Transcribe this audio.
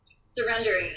surrendering